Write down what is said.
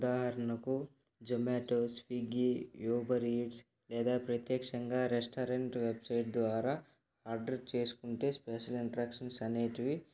ఉదాహరణకు జొమాటో స్విగ్గీ యోబరీడ్స్ లేదా ప్రత్యక్షంగా రెస్టారెంట్ వెబ్సైట్ ద్వారా ఆర్డర్ చేసుకుంటే స్పెషల్ ఇన్స్స్ట్రక్షన్స్ అనేవి